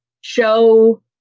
show